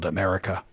America